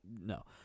No